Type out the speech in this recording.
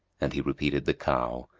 and he repeated the cow,